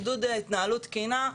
עידוד התנהלות תקינה,